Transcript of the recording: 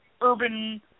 urban